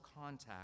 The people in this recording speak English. contact